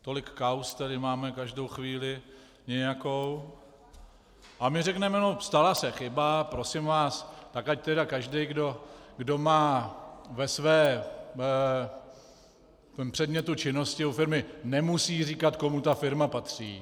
Tolik kauz tady máme, každou chvíli nějakou, a my řekneme no, stala se chyba, prosím vás, tak ať tedy každý, kdo má ve svém předmětu činnosti u firmy, nemusí říkat, komu ta firma patří.